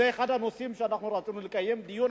זה אחד הנושאים שרצינו לקיים בו דיון